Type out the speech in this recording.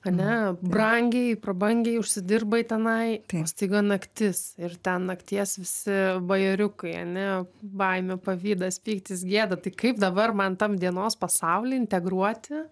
ane brangiai prabangiai užsidirbai tenai staiga naktis ir ten nakties visi bajeriukai ane baimė pavydas pyktis gėda tai kaip dabar man tam dienos pasauly integruoti